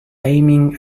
aiming